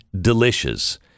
delicious